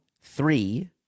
three